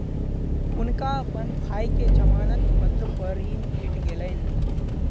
हुनका अपन भाई के जमानत पत्र पर ऋण भेट गेलैन